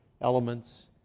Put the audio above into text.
elements